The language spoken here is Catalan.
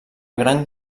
gran